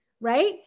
right